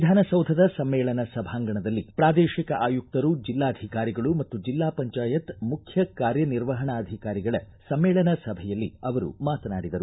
ವಿಧಾನಸೌಧದ ಸಮ್ಮೇಳನ ಸಭಾಂಗಣದಲ್ಲಿ ಪ್ರಾದೇಶಿಕ ಆಯುಕ್ತರು ಜಿಲ್ಲಾಧಿಕಾರಿಗಳು ಮತ್ತು ಜಿಲ್ಲಾ ಪಂಚಾಯತ್ ಮುಖ್ಯ ಕಾರ್ಯನಿರ್ವಹಣಾಧಿಕಾರಿಗಳ ಸಮ್ಮೇಳನ ಸಭೆಯಲ್ಲಿ ಅವರು ಮಾತನಾಡಿದರು